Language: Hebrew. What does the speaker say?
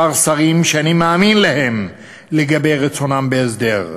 שרים שאני מאמין להם לגבי רצונם בהסדר.